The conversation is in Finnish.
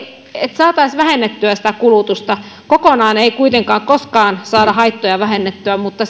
saataisiin vähennettyä sitä kulutusta kokonaan ei kuitenkaan koskaan saada haittoja vähennettyä mutta